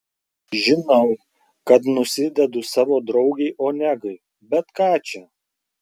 žinau kad nusidedu savo draugei onegai bet ką čia